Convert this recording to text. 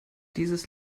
dieses